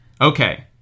Okay